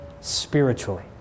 spiritually